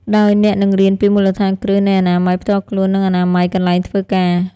ដោយអ្នកនឹងរៀនពីមូលដ្ឋានគ្រឹះនៃអនាម័យផ្ទាល់ខ្លួន និងអនាម័យកន្លែងធ្វើការ។